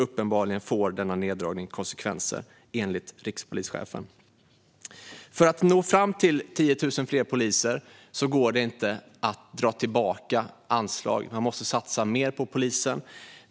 Uppenbarligen får denna neddragning konsekvenser, enligt rikspolischefen. Om man ska nå fram till 10 000 fler poliser går det inte att dra tillbaka anslag. Man måste satsa mer på polisen.